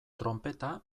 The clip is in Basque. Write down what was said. tronpeta